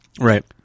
Right